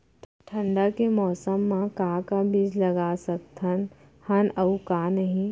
ठंडा के मौसम मा का का बीज लगा सकत हन अऊ का नही?